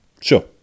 Sure